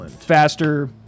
faster